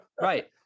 right